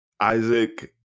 isaac